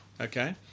okay